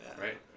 right